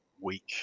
week